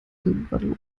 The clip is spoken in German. irgendwann